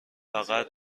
فقط